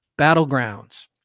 battlegrounds